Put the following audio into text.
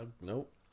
Nope